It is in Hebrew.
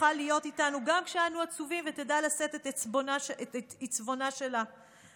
תוכל להיות איתנו גם כשאנו עצובים ותדע לשאת את עיצבונה שלה,